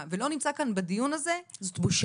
ולא נמצא כאן בדיון הזה -- זאת בושה.